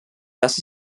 das